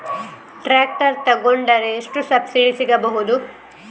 Tractor ತೊಕೊಂಡರೆ ಎಷ್ಟು subsidy ಸಿಗಬಹುದು?